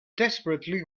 desperately